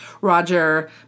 Roger